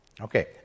Okay